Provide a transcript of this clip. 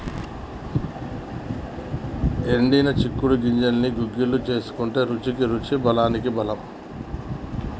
ఎండిపోయిన చిక్కుడు గింజల్ని గుగ్గిళ్లు వేసుకుంటే రుచికి రుచి బలానికి బలం